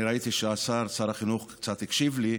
אני ראיתי שהשר, שר החינוך, קצת הקשיב לי.